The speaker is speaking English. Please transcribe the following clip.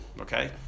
Okay